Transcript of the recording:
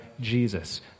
Jesus